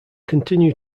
continue